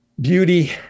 beauty